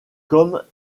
comme